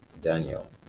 Daniel